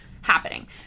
happening